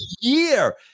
year